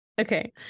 Okay